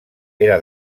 era